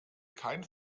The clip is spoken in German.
kein